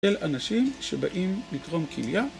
של אנשים שבאים לתרום כליה.